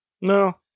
No